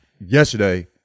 yesterday